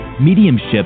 mediumship